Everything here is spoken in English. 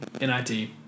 NIT